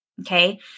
okay